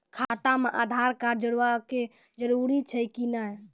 खाता म आधार कार्ड जोड़वा के जरूरी छै कि नैय?